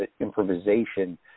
improvisation